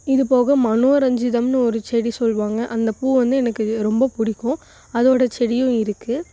இதுபோக மனோரஞ்சிதம்ன்னு ஒரு செடி சொல்வாங்க அந்த பூ வந்து எனக்கு ரொம்ப பிடிக்கும் அதோட செடியும் இருக்கு